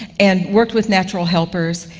and worked with natural helpers,